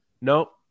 nope